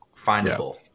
findable